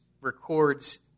records